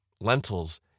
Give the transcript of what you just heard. lentils